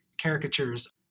caricatures